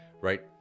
right